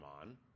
on